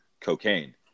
cocaine